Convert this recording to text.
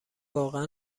واقع